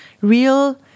real